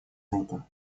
руку